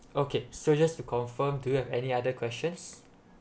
okay so just to confirm do you have any other questions